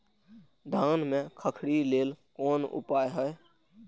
धान में खखरी लेल कोन उपाय हय?